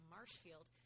Marshfield